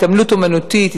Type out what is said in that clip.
התעמלות אמנותית,